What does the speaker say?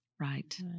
Right